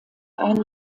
einen